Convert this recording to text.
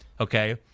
okay